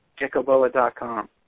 geckoboa.com